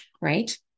right